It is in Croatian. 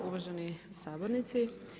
Uvaženi sabornici.